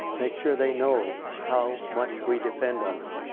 make sure they know how much we depend on them.